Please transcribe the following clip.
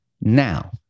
Now